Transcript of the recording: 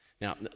Now